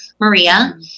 Maria